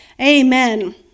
Amen